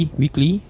weekly